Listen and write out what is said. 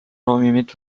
ravimid